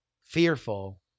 fearful